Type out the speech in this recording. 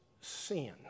sin